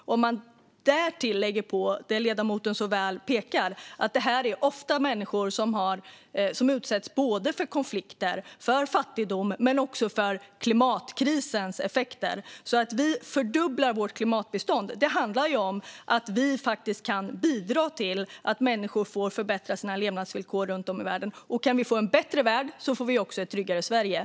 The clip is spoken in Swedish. Därtill kan man lägga till det ledamoten så väl pekar på, nämligen att det ofta är fråga om människor som utsätts för konflikter, fattigdom och klimatkrisens effekter. Att vi fördubblar vårt klimatbistånd handlar om att vi kan bidra till att människor får förbättrade levnadsvillkor runt om i världen. Om vi kan få en bättre värld får vi också ett tryggare Sverige.